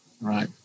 Right